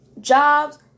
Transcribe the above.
jobs